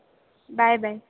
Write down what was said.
bye bye